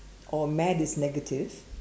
or mad is negative